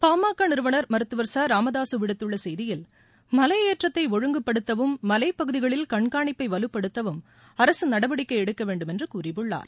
பாமக நிறுவனர் மருத்துவர் ச ராமதாசு விடுத்துள்ள செய்தியில் மலையேற்றத்தை ஒழுங்குபடுத்தவும் மவைப்பகுதிகளில் கண்காணிப்பை வலுப்படுத்தவும் அரசு நடவடிக்கை எடுக்க வேண்டும் என்று கூறியுள்ளார்